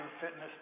fitness